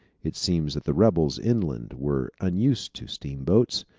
it seems that the rebels inland were unused to steamboats,